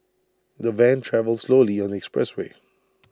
the van travelled slowly on the expressway